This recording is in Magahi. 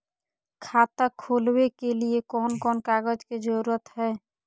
खाता खोलवे के लिए कौन कौन कागज के जरूरत है?